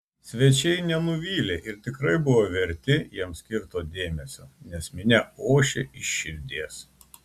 svečiai nenuvylė ir tikrai buvo verti jiems skirto dėmesio nes minia ošė iš širdies